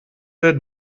der